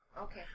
Okay